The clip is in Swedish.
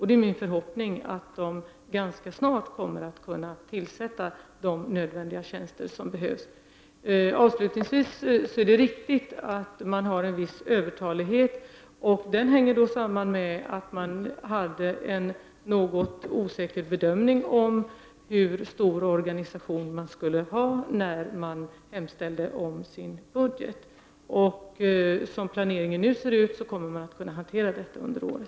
Det är min förhoppning att man ganska snart kommer att kunna tillsätta de tjänster som behövs. Avslutningsvis vill jag säga att påståendet om att man har en viss övertalighet är riktigt. Den hänger samman med att man hade en något osäker bedömning om hur stor organisation man skulle ha när man utformade sin budgetframställning. Som planeringen nu ser ut, kommer man att kunna hantera detta under året.